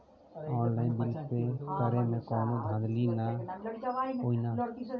Online bill pay करे में कौनो धांधली ना होई ना?